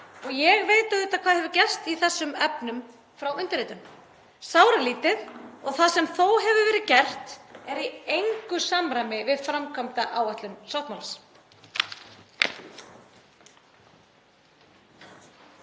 Ég veit auðvitað hvað hefur gerst í þessum efnum frá undirritun — sáralítið. Og það sem þó hefur verið gert er í engu samræmi við framkvæmdaáætlun sáttmálans.